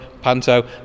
panto